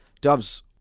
Dubs